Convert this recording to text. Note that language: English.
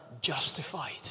justified